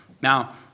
Now